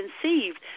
conceived